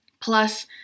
Plus